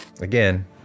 again